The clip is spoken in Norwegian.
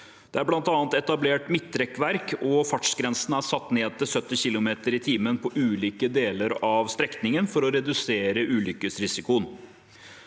Det er bl.a. etablert midtrekkverk, og fartsgrensen er satt ned til 70 km/t på ulike deler av strekningen for å redusere ulykkesrisikoen.